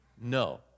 No